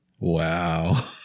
Wow